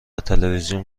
تلویزیون